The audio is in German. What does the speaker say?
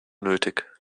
nötig